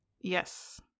Yes